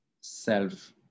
self